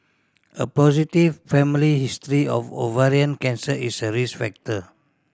a positive family history of ovarian cancer is a risk factor